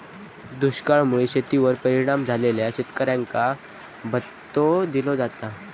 दुष्काळा मुळे शेतीवर परिणाम झालेल्या शेतकऱ्यांका भत्तो दिलो जाता